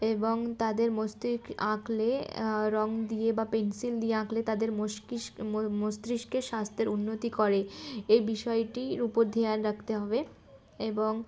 এবং তাদের মস্তিষ্ক আঁকলে রঙ দিয়ে বা পেনসিল দিয়ে আঁকলে তাদের মস্তিস্ক মস্তিষ্কেের স্বাস্থ্যের উন্নতি করে এই বিষয়টির উপর ধ্যান রাখতে হবে এবং